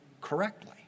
correctly